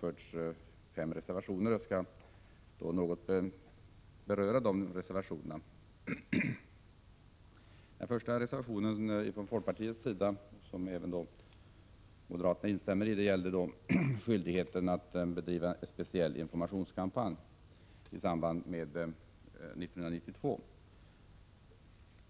fogat fem reservationer, som jag något skall beröra. Reservation nr 1 från folkpartiet och moderaterna gäller skyldigheten att bedriva en speciell informationskampanj i samband med vad som händer 1992.